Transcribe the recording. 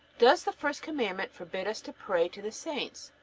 does the first commandment forbid us to pray to the saints?